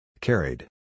Carried